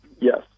Yes